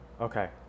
Okay